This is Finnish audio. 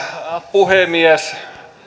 puhemies